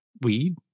weed